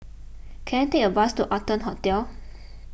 can I take a bus to Arton Hotel